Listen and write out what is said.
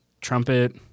trumpet